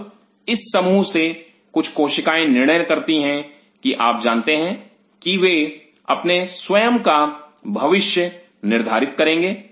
अब इस समूह से कुछ कोशिकाएं निर्णय करती हैं की आप जानते हैं कि वे अपने स्वयं का भविष्य निर्धारित करेंगे